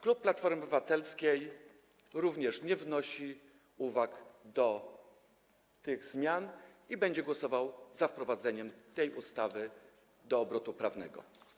Klub Platforma Obywatelska również nie wnosi uwag co do tych zmian i będzie głosował za wprowadzeniem tej ustawy do obrotu prawnego.